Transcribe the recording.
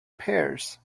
pairs